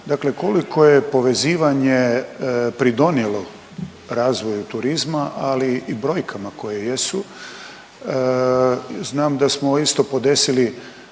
Dakle, koliko je povezivanje pridonijelo razvoju turizma, ali i brojkama koje jesu. Znam da smo isto podesili